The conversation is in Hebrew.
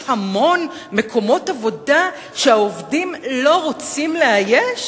המון מקומות עבודה שהעובדים לא רוצים לאייש?